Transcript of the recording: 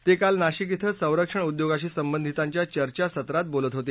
ते काल नाशिक इथं संरक्षण उद्योगाशी संबंधितांच्या चर्चासत्रात बोलत होते